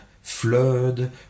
flood